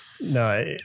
No